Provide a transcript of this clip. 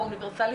האוניברסלי,